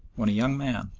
when a young man,